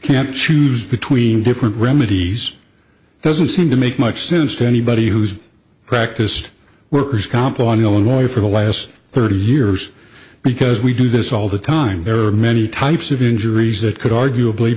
can't choose between different remedies doesn't seem to make much sense to anybody who's practiced worker's comp on illinois for the last thirty years because we do this all the time there are many types of injuries that could arguably